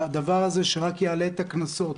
הדבר הזה שרק יעלה את הקנסות,